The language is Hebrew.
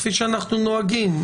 כפי שאנחנו נוהגים,